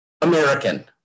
American